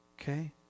Okay